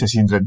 Saseendran